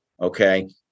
okay